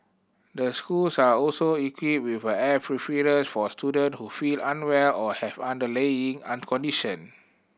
the schools are also equipped with air for student who feel unwell or have underlying condition